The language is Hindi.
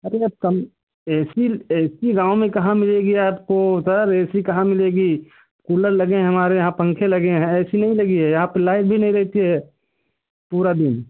अरे अब कम ए सी ए सी गाँव में कहाँ मिलेगी आपको सर ए सी कहाँ मिलेगी कूलर लगे हैं हमारे यहाँ पंखे लगे हैं ए सी नहीं लगी हैं यहाँ पर लाइट भी नहीं रहती है पूरा दिन